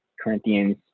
Corinthians